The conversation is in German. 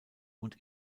und